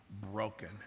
broken